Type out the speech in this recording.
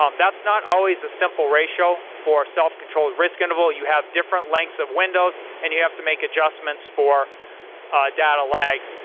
um that's not always a simple ratio for self-controlled risk interval, you have different lengths of windows and you have to make adjustments for data lags.